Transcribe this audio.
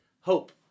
Hope